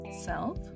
self